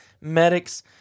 medics